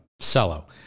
Cello